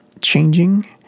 changing